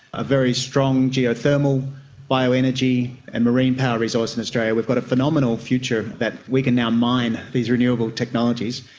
a very strong geothermal bioenergy and marine power resource in australia. we've got a phenomenal future that we can now mine these renewable technologies.